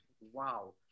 wow